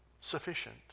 sufficient